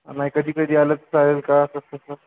नाही कधी कधी आलं तर चालेल का क कसं